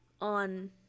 on